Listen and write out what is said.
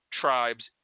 tribes